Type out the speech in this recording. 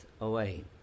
away